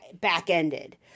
back-ended